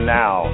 now